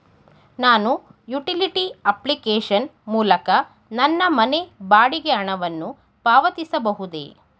ನಾನು utility application ಮೂಲಕ ನನ್ನ ಮನೆ ಬಾಡಿಗೆ ಹಣವನ್ನು ಪಾವತಿಸಬಹುದೇ?